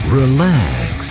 relax